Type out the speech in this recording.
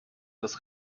das